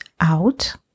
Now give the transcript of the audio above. out